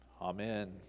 Amen